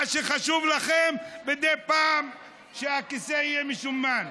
מה שחשוב לכם: מדי פעם שהכיסא יהיה משומן.